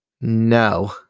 no